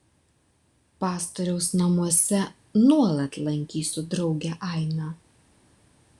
pastoriaus namuose nuolat lankysiu draugę ainą